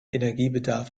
energiebedarf